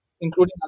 including